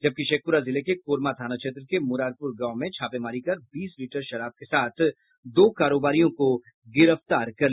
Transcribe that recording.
जबकि शेखपुरा जिले के कोरमा थाना क्षेत्र के मुरारपुर गांव में छापेमारी कर बीस लीटर शराब के साथ दो कारोबारियों को गिरफ्तार किया है